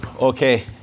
Okay